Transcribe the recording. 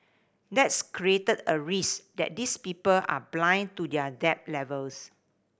that's created a risk that these people are blind to their debt levels